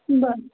बरं